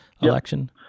election